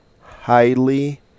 highly